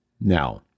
Now